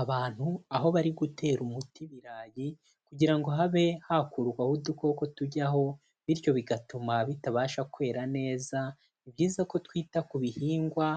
Abantu aho bari gutera umuti ibirayi kugira ngo habe hakurwaho udukoko tujyaho bityo bigatuma bitabasha kwera neza, ni byiza ko twita ku bihingwa